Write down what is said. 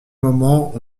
moment